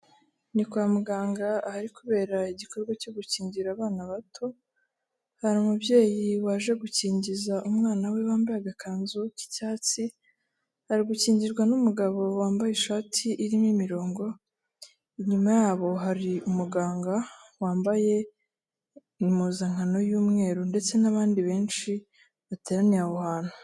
Ni kwa muganga ahari kubera igikorwa cyo gukingira abana bato, hari umubyeyi waje gukingiza umwana we wambaye agakanzu k'icyatsi, ari gukingirwa n'umugabo wambaye ishati irimo imirongo, inyuma yabo hari umuganga wambaye impuzankano y'umweru, ndetse n'abandi benshi bateraniye aho hantu.